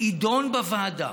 יידון בוועדה.